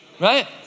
right